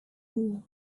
wool